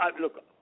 look